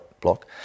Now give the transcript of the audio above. Block